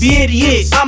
idiots